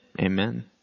amen